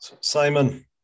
Simon